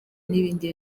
n’ibindi